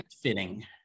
fitting